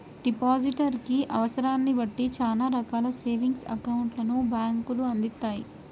depositor కి అవసరాన్ని బట్టి చానా రకాల సేవింగ్స్ అకౌంట్లను బ్యేంకులు అందిత్తాయి